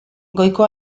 goiko